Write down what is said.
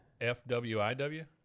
FWIW